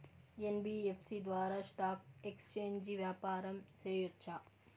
NBFC ద్వారా stock exchange వ్యాపారం సేయొచ్చా?